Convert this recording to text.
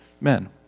men